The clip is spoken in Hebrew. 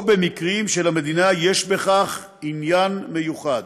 או במקרים שלמדינה יש בכך עניין מיוחד.